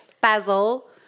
basil